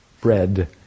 bread